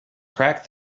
crack